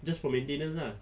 just for maintenance ah